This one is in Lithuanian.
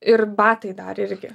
ir batai dar irgi